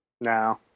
No